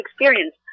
experience